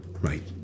Right